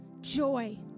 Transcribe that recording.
joy